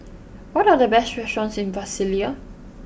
what are the best restaurants in Brasilia